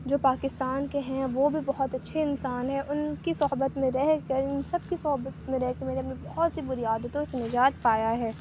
جو پاکستان کے ہیں وہ بھی بہت اچھے انسان ہیں ان کی صحبت میں رہ کر ان سب کی صحبت میں رہ کر میں نے اپنے بہت سی بری عادتوں سے نجات پایا ہے